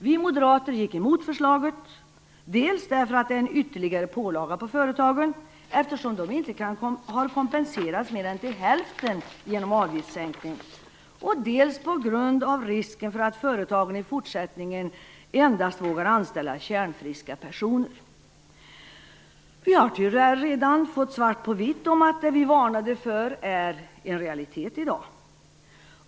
Vi moderater gick emot förslaget, dels därför att det är en ytterligare pålaga på företagen eftersom de inte har kompenserats mer än till hälften genom avgiftssänkning, dels på grund av risken för att företagen i fortsättningen endast vågar anställa kärnfriska personer. Vi har tyvärr redan fått svart på vitt om att det vi varnade för är en realitet idag.